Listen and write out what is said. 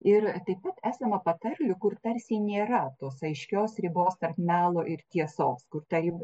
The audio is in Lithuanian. ir taip pat esama patarlių kur tarsi nėra tos aiškios ribos tarp melo ir tiesos kur ta rib